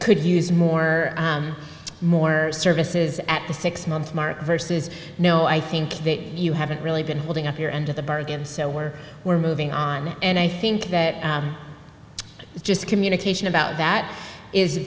could use more more services at the six month mark versus no i think that you haven't really been holding up your end of the bargain so we're we're moving on and i think that it's just communication about that is